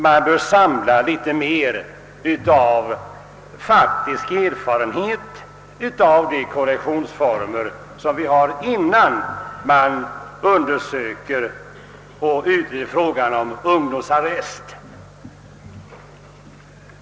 Man bör nog samla litet mer faktisk erfarenhet av de korrektionsformer som vi har, innan man utreder frågan om ungdomsarrest.